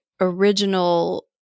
original